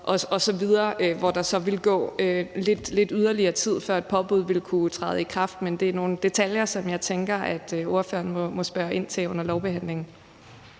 osv., hvor der så vil gå lidt yderligere tid, før et påbud vil kunne træde i kraft. Men det er nogle detaljer, som jeg tænker at ordføreren må spørge ind til under lovbehandlingen.